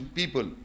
people